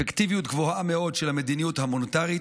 אפקטיביות גבוהה מאוד של המדיניות המוניטרית,